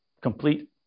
Complete